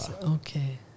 okay